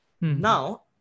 Now